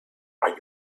are